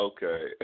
Okay